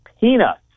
peanuts